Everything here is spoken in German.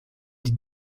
die